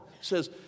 says